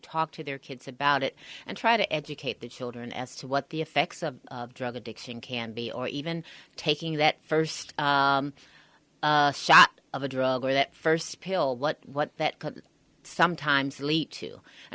talk to their kids about it and try to educate their children as to what the effects of drug addiction can be or even taking that first shot of a drug or that first pill but what that sometimes late to i